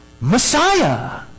Messiah